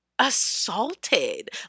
assaulted